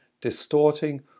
distorting